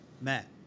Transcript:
matt